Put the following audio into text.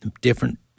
different